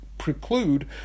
preclude